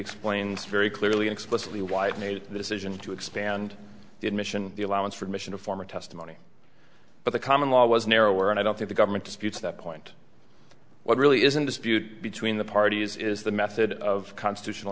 explains very clearly explicitly why it made the decision to expand the admission the allowance for admission of former testimony but the common law was narrower and i don't think the government disputes that point what really is in dispute between the parties is the method of constitutional